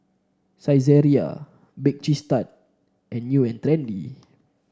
Saizeriya Bake Cheese Tart and New And Trendy